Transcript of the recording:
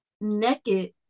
naked